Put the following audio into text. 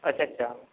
अच्छा अच्छा